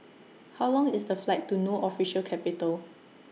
How Long IS The Flight to No Official Capital